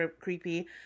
creepy